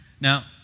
Now